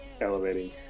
elevating